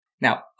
Now